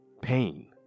pain